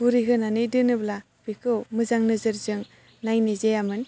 बुरि होनानै दोनोब्ला बेखौ मोजां नोजोरजों नायनाय जायामोन